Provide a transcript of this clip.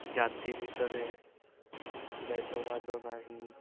ଜାତି ଭିତରେ ଭେଦବାଦ ନାହିଁ